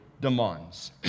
demands